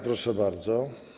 Proszę bardzo.